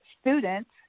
students